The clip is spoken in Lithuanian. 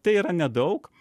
tai yra nedaug